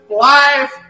life